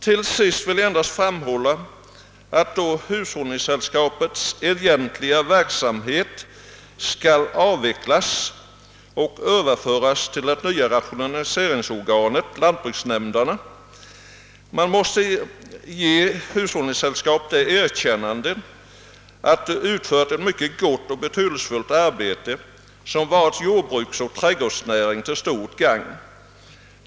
Till sist vill jag endast framhålla att då nu hushållningssällskapens egentliga verksamhet skall avvecklas och överföras till det nya rationaliseringsorganet lantbruksnämnderna, måste man ge hushållningssällskapen det erkännandet, att de utfört ett mycket gott och betydelsefullt arbete, som varit särskilt jordbruksoch trädgårdsnäringen till stort gagn.